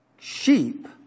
Sheep